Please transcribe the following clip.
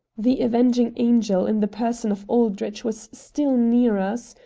the avenging angel in the person of aldrich was still near us,